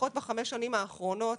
לפחות בחמש השנים האחרונות,